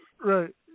Right